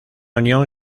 unión